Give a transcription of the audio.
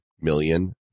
million